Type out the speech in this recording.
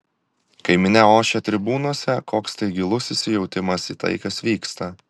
kai minia ošia tribūnose koks tai gilus įsijautimas į tai kas vyksta